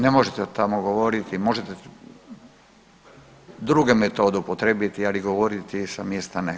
Ne možete od tamo govoriti, možete druge metode upotrijebiti, ali govoriti sa mjesta ne.